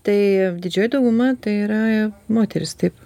tai didžioji dauguma tai yra moterys taip